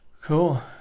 Cool